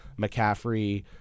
McCaffrey